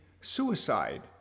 suicide